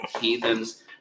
heathens